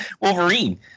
Wolverine